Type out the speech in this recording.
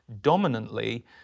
dominantly